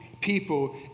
people